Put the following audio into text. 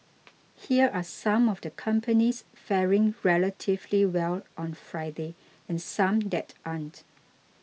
here are some of the companies faring relatively well on Friday and some that aren't